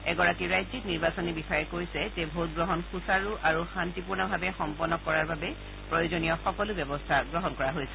এগৰাকী ৰাজ্যিক নিৰ্বাচনী বিষয়াই কৈছে যে ভোটগ্ৰহণ সূচাৰু আৰু শান্তিপূৰ্ণভাৱে সম্পন্ন কৰাৰ বাবে প্ৰয়োজনীয় সকলো ব্যৱস্থা কৰা হৈছে